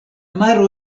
maro